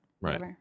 Right